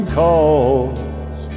calls